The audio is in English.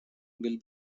will